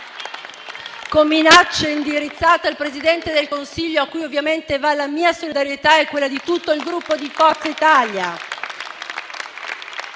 con minacce indirizzate al Presidente del Consiglio, a cui ovviamente va la mia solidarietà e quella di tutto il Gruppo Forza Italia